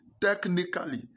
technically